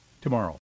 tomorrow